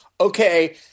okay –